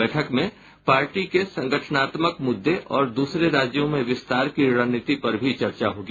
बैठक में पार्टी के संगठनात्मक मुद्दे और द्रसरे राज्यों में विस्तार की रणनीति पर भी चर्चा होगी